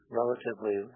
relatively